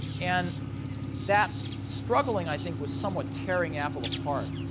and that struggling i think was somewhat tearing apple apart.